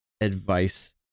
advice